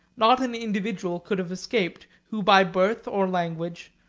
not an individual could have escaped, who by birth, or language,